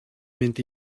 mynd